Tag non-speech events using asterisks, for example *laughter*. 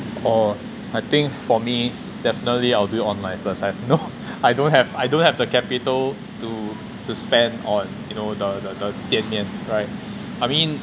orh I think for me definitely I'll do it online first I I know *laughs* I don't have I don't have the capital to to spend on you know the the 点点 right I mean